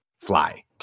fly